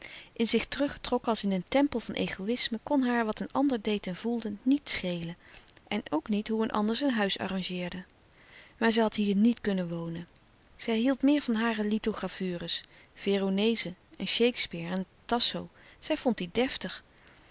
in zich teruggetrokken als in een tempel van egoïsme kon haar wat een ander deed en voelde niet schelen en ook niet hoe een ander zijn huis arrangeerde maar zij had hier niet kunnen wonen zij hield meer van hare lithogravure's veronese en shakelouis couperus de stille kracht spere en tasso zij vond die deftig